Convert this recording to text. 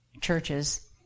churches